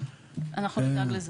העיקר שתהיה הפניה.